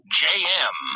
jm